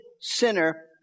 sinner